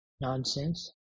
nonsense